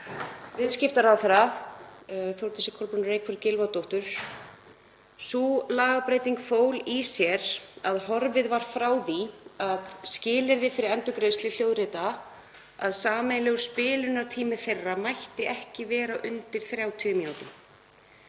viðskiptaráðherra, Þórdísi Kolbrúnu Reykfjörð Gylfadóttur. Sú lagabreyting fól í sér að horfið var frá því skilyrði fyrir endurgreiðslu hljóðritana að sameiginlegur spilunartími þeirra mætti ekki vera undir 30 mínútum.